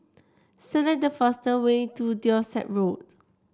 select the fastest way to Dorset Road